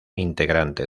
integrante